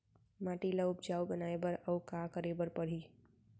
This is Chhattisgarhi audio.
माटी ल उपजाऊ बनाए बर अऊ का करे बर परही?